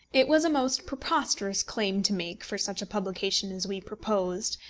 it was a most preposterous claim to make for such a publication as we proposed,